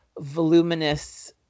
voluminous